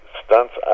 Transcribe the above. stunts